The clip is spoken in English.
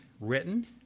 written